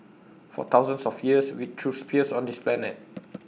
for thousands of years we threw spears on this planet